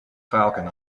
falcon